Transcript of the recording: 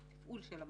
בתפעול של המעבדות.